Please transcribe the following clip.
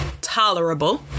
tolerable